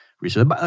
research